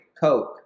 Coke